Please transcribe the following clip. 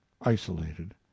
isolated